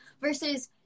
versus